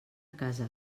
casa